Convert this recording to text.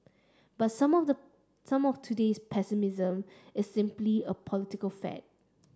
but some of the some of today's pessimism is simply a political fad